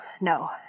no